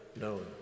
known